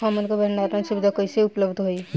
हमन के भंडारण सुविधा कइसे उपलब्ध होई?